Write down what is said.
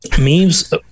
memes